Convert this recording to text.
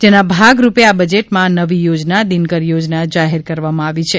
જેના ભાગરૂપે આ બજેટમાં નવી યોજના દિનકર યોજના જાહેર કરવામાં આવી છે